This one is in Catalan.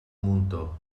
muntó